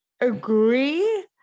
agree